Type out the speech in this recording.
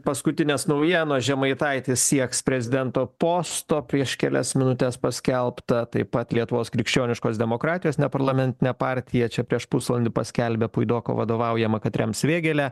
paskutinės naujienos žemaitaitis sieks prezidento posto prieš kelias minutes paskelbta taip pat lietuvos krikščioniškos demokratijos neparlamentinė partija čia prieš pusvalandį paskelbė puidoko vadovaujamą katrėms vėgėlę